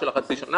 של חצי שנה,